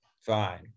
fine